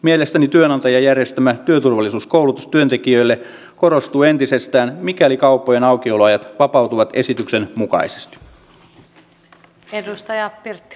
mielestäni työnantajan järjestämä työturvallisuuskoulutus työntekijöille korostuu entisestään mikäli kauppojen aukioloajat vapautuvat esityksen mukaisesti